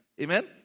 Amen